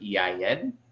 EIN